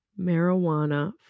Marijuana